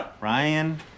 Ryan